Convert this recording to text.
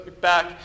back